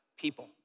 people